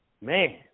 man